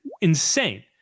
insane